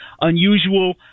unusual